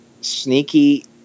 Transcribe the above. sneaky